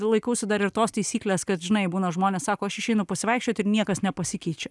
laikausi dar ir tos taisyklės kad žinai būna žmonės sako aš išeinu pasivaikščiot ir niekas nepasikeičia